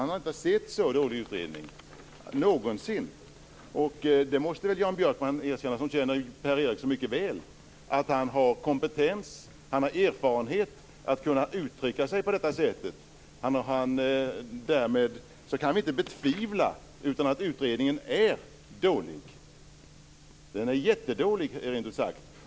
Han har aldrig någonsin sett en så dålig utredning. Jan Björkman, som känner Per Eriksson mycket väl, måste ju erkänna att han har kompetens och erfarenhet för att kunna uttrycka sig på det sättet. Vi kan därmed inte betvivla att utredningen är dålig, rent ut sagt jättedålig.